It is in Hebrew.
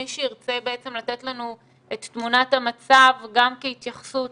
מי שירצה לתת לנו את תמונת המצב גם כהתייחסות